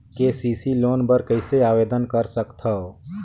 KCC loan बर कइसे आवेदन कर सकथव?